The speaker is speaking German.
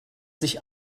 sich